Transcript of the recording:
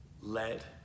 Let